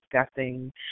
discussing